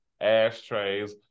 ashtrays